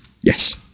yes